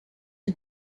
and